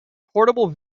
portable